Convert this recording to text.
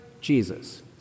Jesus